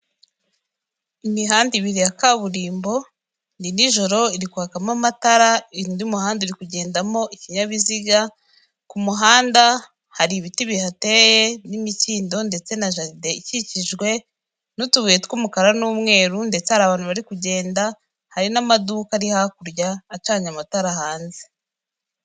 Imihanda ibiri ya kaburimbo, ni nijoro irikwakamo amatara undi muhanda uri kugendamo ikinyabiziga ku muhanda hari ibiti bihateye n'imikindo, ndetse na jaride ikikijwe n'utubuye tw'umukara n'umweru, ndetse hari abantu bari kugenda hari n'amaduka ari hakurya acanye amatara hanze.